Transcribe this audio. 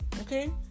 Okay